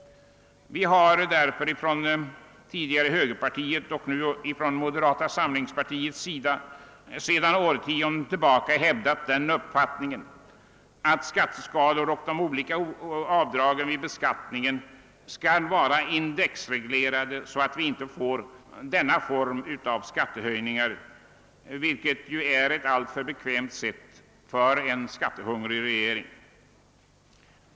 I tidigare högerpartiet, nu moderata samlingspartiet, har vi sedan årtionden hävdat den uppfattningen att skatteska lorna och de olika avdragen vid beskattningen skall vara indexreglerade, så att vi inte får denna form av skattehöjningar som är alltför bekväm för en skattehungrig regering.